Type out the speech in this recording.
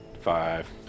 Five